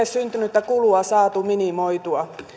syntynyttä kulua olisi saatu minimoitua